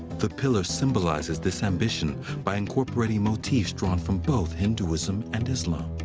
the pillar symbolizes this ambition by incorporating motifs drawn from both hinduism and islam.